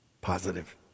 Positive